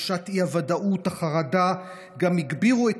תחושת האי-ודאות והחרדה גם הגבירו את